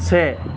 से